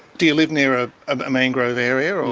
do you live near a ah mangrove area?